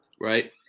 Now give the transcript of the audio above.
Right